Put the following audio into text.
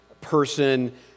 person